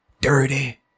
dirty